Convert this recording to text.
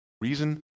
Reason